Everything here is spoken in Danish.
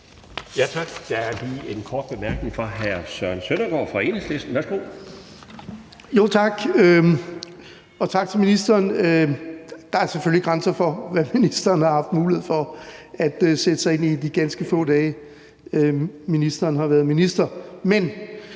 Tak. Der er lige en kort bemærkning fra hr. Søren Søndergaard fra Enhedslisten. Værsgo. Kl. 14:59 Søren Søndergaard (EL): Tak, og tak til ministeren. Der er selvfølgelig grænser for, hvad ministeren har haft mulighed for at sætte sig ind i på de ganske få dage, hvor ministeren har været minister; men